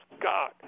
God